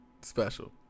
Special